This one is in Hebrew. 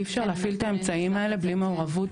אי אפשר להפעיל את האמצעים האלה לבי מעורבות,